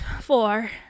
four